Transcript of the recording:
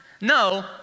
no